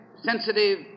sensitive